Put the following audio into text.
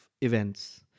events